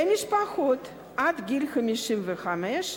למשפחות עד גיל 55,